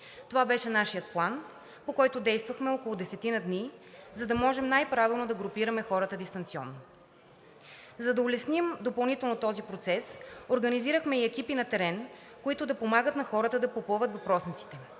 Това беше нашият план, по който действахме около десетина дни, за да можем най-правилно да групираме хората дистанционно. За да улесним допълнително този процес, организирахме и екипи на терен, които да помагат на хората да попълват въпросниците.